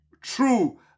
true